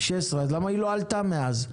למה היא לא עלתה מאז?